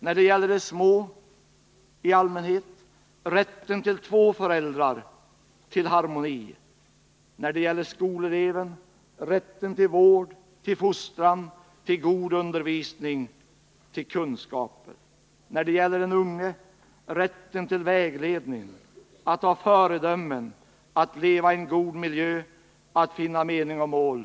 När det gäller de små i allmänhet: rätten till två föräldrar, till harmoni. När det gäller skoleleven: rätten till vård, till fostran, till god undervisning, till kunskaper. När det gäller den unge: rätten till vägledning, till att ha föredömen, till att leva i en god miljö, till att finna mening och mål.